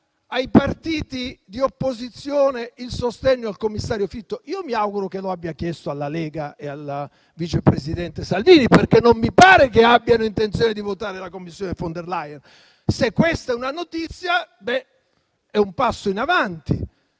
ai partiti di opposizione il sostegno al commissario Fitto. Mi auguro che lo abbia chiesto alla Lega e al vice presidente Salvini, perché non mi pare che abbiano intenzione di votare la Commissione von der Leyen. Se questa è una notizia, è un passo in avanti: